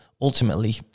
ultimately